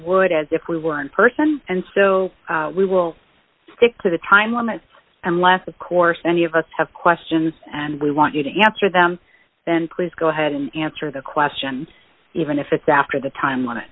would as if we were in person and so we will stick to the time limit unless of course any of us have questions and we want you to answer them then please go ahead and answer the question even if it's after the time li